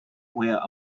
were